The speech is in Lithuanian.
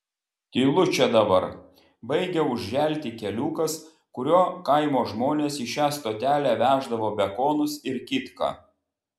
tylu čia dabar baigia užželti keliukas kuriuo kaimo žmonės į šią stotelę veždavo bekonus ir kitką